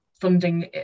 funding